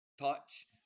touch